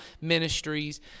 ministries